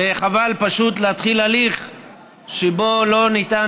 וחבל פשוט להתחיל הליך שבו לא ניתן